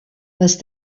les